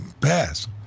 pass